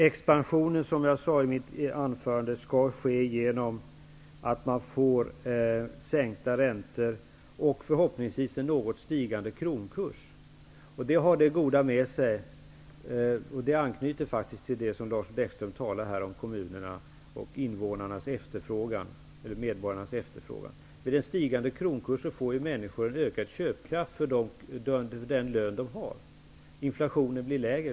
Herr talman! Som jag sade i mitt anförande skall expansionen ske genom att man får sänkta räntor och förhoppningsvis en något stigande kronkurs. Detta anknyter till det Lars Bäckström här sade om kommunerna och medborgarnas efterfrågan. Vid en stigande kronkurs får människor en ökad köpkraft för den lön de har. Inflationen blir lägre.